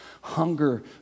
hunger